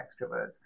extroverts